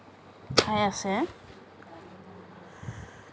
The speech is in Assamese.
ঠাই আছে